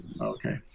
Okay